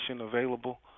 available